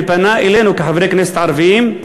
ופנה אלינו כחברי כנסת ערבים,